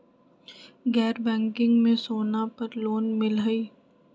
गैर बैंकिंग में सोना पर लोन मिलहई?